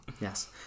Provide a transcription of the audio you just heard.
Yes